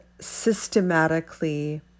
systematically